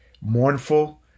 mournful